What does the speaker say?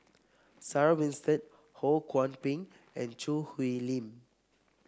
Sarah Winstedt Ho Kwon Ping and Choo Hwee Lim